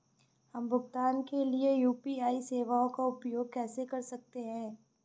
हम भुगतान के लिए यू.पी.आई सेवाओं का उपयोग कैसे कर सकते हैं?